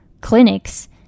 clinics